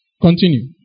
Continue